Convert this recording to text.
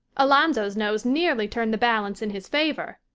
alonzo's nose nearly turned the balance in his favor.